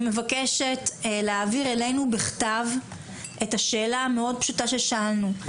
אני מבקשת להעביר אלינו בכתב את השאלה המאוד פשוטה ששאלנו.